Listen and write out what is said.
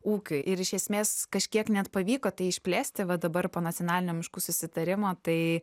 ūkio ir iš esmės kažkiek net pavyko tai išplėsti va dabar po nacionalinio miškų susitarimo tai